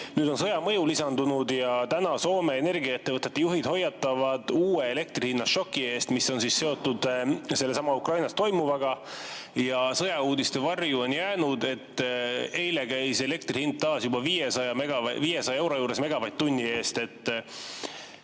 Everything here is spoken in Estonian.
Nüüd on sõja mõju lisandunud ja täna Soome energiaettevõtete juhid hoiatavad uue elektrihinnašoki eest, mis on seotud sellesama Ukrainas toimuvaga. Sõjauudiste varju on jäänud, et eile käis elektri hind taas juba 500 euro juures megavatt-tunni